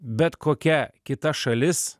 bet kokia kita šalis